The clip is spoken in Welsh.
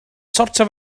sortio